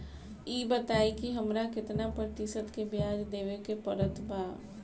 ई बताई की हमरा केतना प्रतिशत के ब्याज देवे के पड़त बा?